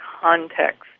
context